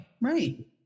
Right